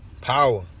Power